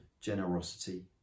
generosity